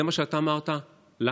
זה מה שאתה אמרת לנו.